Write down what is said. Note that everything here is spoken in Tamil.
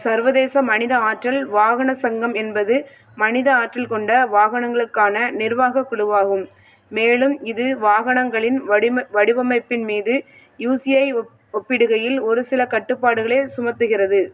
சர்வதேச மனித ஆற்றல் வாகன சங்கம் என்பது மனித ஆற்றல் கொண்ட வாகனங்களுக்கான நிர்வாகக் குழுவாகும் மேலும் இது வாகனங்களின் வடிம வடிவமைப்பின் மீது யூசியை ஒ ஒப்பிடுகையில் ஒரு சில கட்டுப்பாடுகளே சுமத்துகிறது